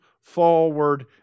forward